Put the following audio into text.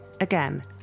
Again